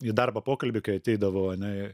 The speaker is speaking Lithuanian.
į darbo pokalbį kai ateidavau ane